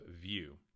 view